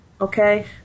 okay